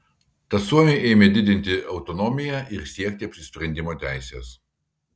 tad suomiai ėmė didinti autonomiją ir siekti apsisprendimo teisės